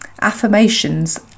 affirmations